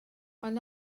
ond